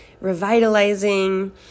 revitalizing